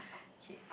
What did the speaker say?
okay